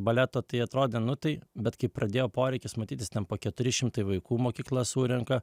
baleto tai atrodė nu tai bet kai pradėjo poreikis matytis ten po keturi šimtai vaikų mokykla surenka